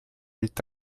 est